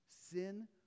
Sin